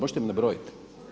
Možete mi nabrojit.